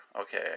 Okay